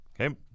okay